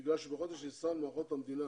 בגלל שבחודש ניסן מערכות המדינה